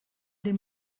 dem